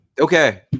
Okay